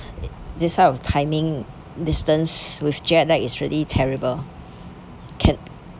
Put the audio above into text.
this type of timing distance with jet lag it's really terrible can